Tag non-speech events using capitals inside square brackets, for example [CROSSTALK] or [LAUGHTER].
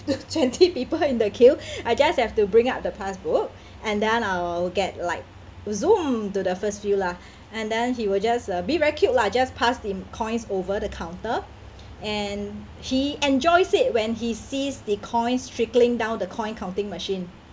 [LAUGHS] with twenty people in the queue [BREATH] I just have to bring up the passbook and then I'll get like zoom to the first few lah and then he will just uh be very cute lah just pass the coins over the counter and he enjoys it when he sees the coins trickling down the coin counting machine